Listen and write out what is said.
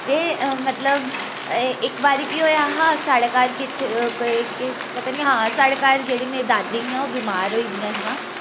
ते मतलब इक बारी केह् होआ हा साढ़ै घर किश किश पता नी हां साढ़े घर जेह्ड़ी मेरी दादी हियां ओह् बमार होई दियां हियां ते